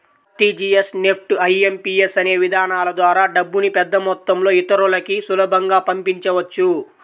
RTGS, NEFT, IMPS అనే విధానాల ద్వారా డబ్బుని పెద్దమొత్తంలో ఇతరులకి సులభంగా పంపించవచ్చు